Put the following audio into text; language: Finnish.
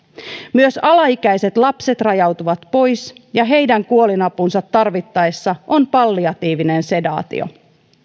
myös alaikäiset lapset rajautuvat pois ja heidän kuolinapunsa tarvittaessa on palliatiivinen sedaatio